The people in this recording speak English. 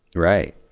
right.